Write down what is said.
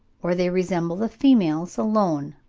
or they resemble the females alone.